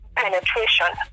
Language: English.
penetration